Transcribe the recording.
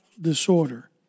disorder